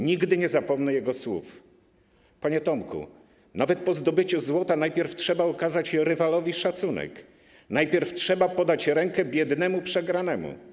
Nigdy nie zapomnę jego słów: Panie Tomku, nawet po zdobyciu złota najpierw trzeba okazać rywalowi szacunek, najpierw trzeba podać rękę biednemu przegranemu.